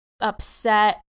upset